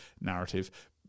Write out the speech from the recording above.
narrative